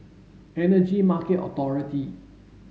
Energy Market Authority